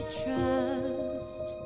trust